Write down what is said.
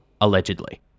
allegedly